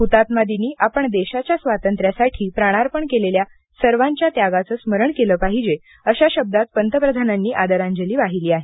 हुतात्मा दिनी आपण देशाच्या स्वातंत्र्यासाठी प्राणार्पण केलेल्या सर्वांच्या त्यागाचे स्मरण केले पाहिजे अशा शब्दांत पंतप्रधानांनी आदरांजली वाहिली आहे